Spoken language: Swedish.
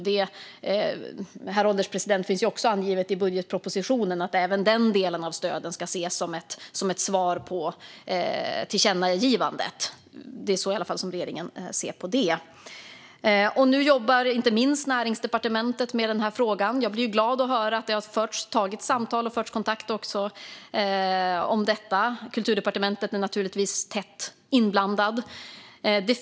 Det finns också angivet i budgetpropositionen att även den delen av stödet ska ses som ett svar på tillkännagivandet. Det är i alla fall så regeringen ser på det. Nu jobbar inte minst Näringsdepartementet med denna fråga. Jag blir glad att höra att det har tagits kontakt och förts samtal om detta. Kulturdepartementet är givetvis tätt inblandat.